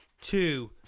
Two